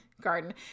garden